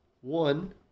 One